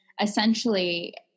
essentially